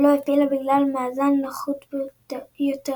ולא העפילה בגלל מאזן נחות יותר.